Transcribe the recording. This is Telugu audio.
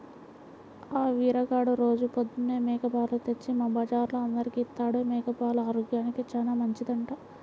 ఆ వీరిగాడు రోజూ పొద్దన్నే మేక పాలు తెచ్చి మా బజార్లో అందరికీ ఇత్తాడు, మేక పాలు ఆరోగ్యానికి చానా మంచిదంట